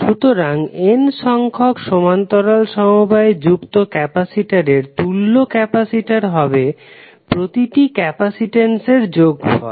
সুতরাং n সংখ্যক সমান্তরাল সমবায়ে যুক্ত ক্যাপাসিটরের তুল্য ক্যাপাসিটর হবে প্রতিটি ক্যাপাসিটেন্সের যোগফল